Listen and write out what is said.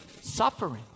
suffering